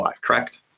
correct